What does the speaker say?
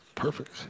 Perfect